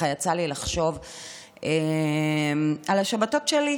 יצא לי לחשוב על השבתות שלי,